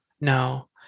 no